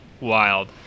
wild